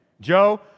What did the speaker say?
Joe